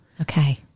Okay